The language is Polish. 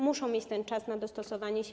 Muszą mieć ten czas na dostosowanie się.